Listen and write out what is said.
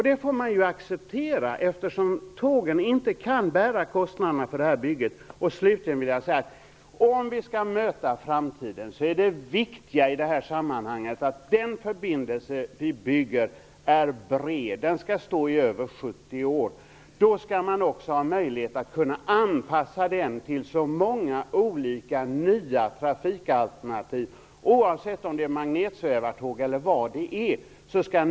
Det måste vi acceptera eftersom tågen ju kan inte bära kostnaderna för det här bygget. Om vi skall möta framtiden är det viktiga i det här sammanhanget att den förbindelse vi bygger blir bred. Den skall stå i över 70 år. Därför skall det också finnas möjlighet att anpassa den till många olika nya trafikalternativ, oavsett om det är magnetsvävartåg eller något annat.